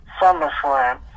SummerSlam